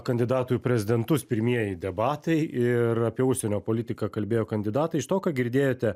kandidatų į prezidentus pirmieji debatai ir apie užsienio politiką kalbėjo kandidatai iš to ką girdėjote